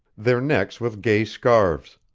their necks with gay scarves.